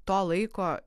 to laiko